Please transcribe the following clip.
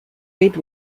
red